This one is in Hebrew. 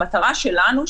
המטרה שלנו,